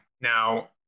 now